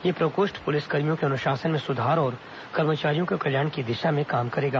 यह प्रकोष्ठ पुलिसकर्मियों के अनुशासन में सुधार और कर्मचारियों के कल्याण की दिशा में काम करेगा